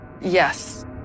Yes